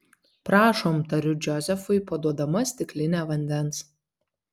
prašom tariu džozefui paduodama stiklinę vandens